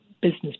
Business